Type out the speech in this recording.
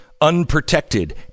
unprotected